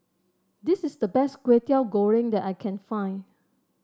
this is the best Kway Teow Goreng that I can find